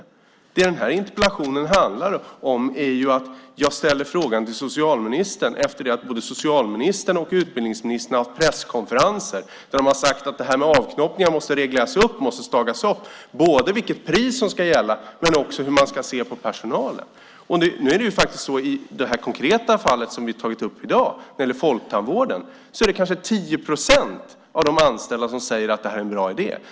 Det som den här interpellationen handlar om är att jag ställer en fråga till socialministern efter det att både socialministern och utbildningsministern har haft presskonferenser där de har sagt att det här med avknoppningar måste regleras och stagas upp, både vilket pris som ska gälla och hur man ska se på personalen. I det konkreta fall som vi har tagit upp i dag, när det gäller folktandvården, är det kanske 10 procent av de anställda som säger att det här är en bra idé.